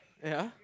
yeah